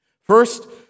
First